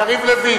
יריב לוין.